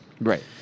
right